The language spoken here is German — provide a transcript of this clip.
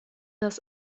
das